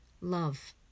Love